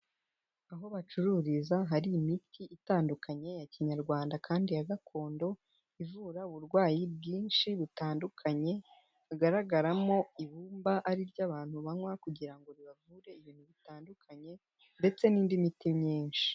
Aho bacururiza hari imiti itandukanye ya kinyarwanda kandi ya gakondo, ivura uburwayi bwinshi butandukanye hagaragaramo ibumba ari ryo abantu banywa kugira ngo ribavure ibintu bitandukanye ndetse n'indi miti myinshi.